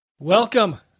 Welcome